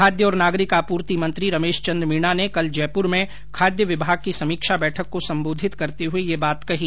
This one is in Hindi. खाद्य और नागरिक आपूर्ति मंत्री रमेशचंद मीणा ने कल जयपुर में खाद्य विभाग की समीक्षा बैठक को संबोधित करते हुए यह बात कही